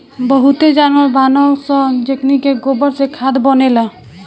बहुते जानवर बानअ सअ जेकनी के गोबर से खाद बनेला